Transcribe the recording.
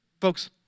Folks